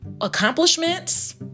accomplishments